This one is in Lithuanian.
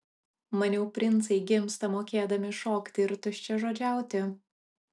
maniau princai gimsta mokėdami šokti ir tuščiažodžiauti